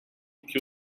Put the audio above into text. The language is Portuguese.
que